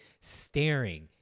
staring